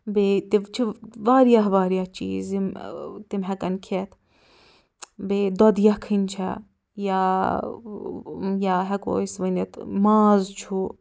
بیٚیہِ تِم چھِ وارِیاہ وارِیاہ چیٖز یِم تِم ہٮ۪کن کھٮ۪تھ بیٚیہِ دۄدٕ یَکھٕنۍ چھِ یا یا ہٮ۪کو أسۍ ؤنِتھ ماز چھُ